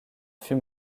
fût